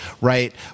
right